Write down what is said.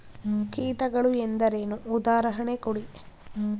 ಕೀಟಗಳು ಎಂದರೇನು? ಉದಾಹರಣೆ ಕೊಡಿ?